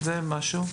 אין.